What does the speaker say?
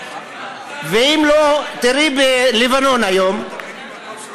תראי בלבנון היום,